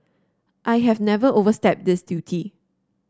I have never overstepped this duty